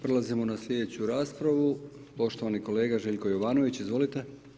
Prelazimo na slijedeću raspravu, poštovani kolega Željko Jovanović, izvolite.